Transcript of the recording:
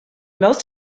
most